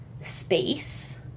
space